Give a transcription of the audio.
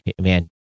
man